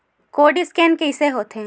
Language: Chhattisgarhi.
कोर्ड स्कैन कइसे होथे?